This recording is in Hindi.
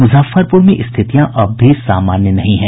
मुजफ्फरपुर में स्थितियां अब भी सामान्य नहीं हुई हैं